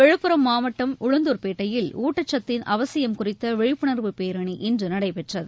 விழுப்புரம் மாவட்ட உளுந்தூர் பேட்டையில் ஊட்டச்சத்தின் அவசியம் குறித்த விழிப்புணர்வு பேரணி இன்று நடைபெற்றது